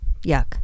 yuck